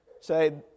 say